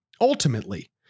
Ultimately